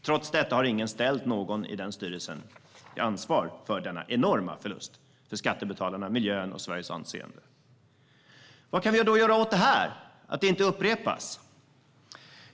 Trots detta har ingen ställt någon i den styrelsen till ansvar för denna enorma förlust för skattebetalarna, miljön och Sveriges anseende. Vad kan vi då göra för att detta inte ska upprepas?